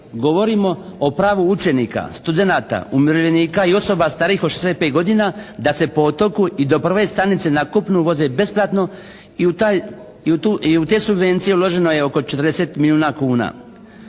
govorimo o pravu učenika, studenata, umirovljenika i osoba starijih od 65 godina da se po otoku i do prve stanice na kopnu voze besplatno i u te subvencije uloženo je oko 40 milijuna kuna.